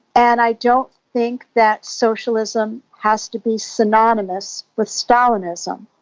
and i don't think that socialism has to be synonymous with stalinism.